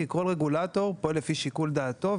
כל רגולטור פועל לפי שיקול דעתו,